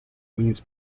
means